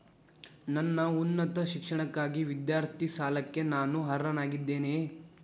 ನನ್ನ ಉನ್ನತ ಶಿಕ್ಷಣಕ್ಕಾಗಿ ವಿದ್ಯಾರ್ಥಿ ಸಾಲಕ್ಕೆ ನಾನು ಅರ್ಹನಾಗಿದ್ದೇನೆಯೇ?